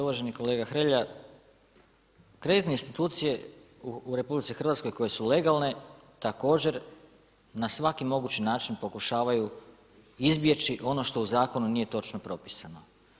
Uvaženi kolega Hrelja, kreditne institucije u RH koje su legalne, također na svaki mogući način pokušavaju izbjeći ono što u zakonu nije točno propisano.